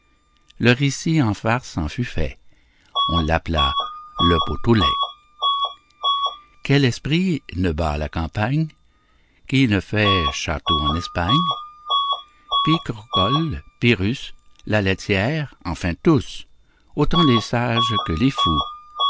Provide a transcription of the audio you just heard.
le récit en farce en fut fait on l'appela le pot au lait quel esprit ne bat la campagne qui ne fait châteaux en espagne picrochole pyrrhus la laitière enfin tous autant les sages que les fous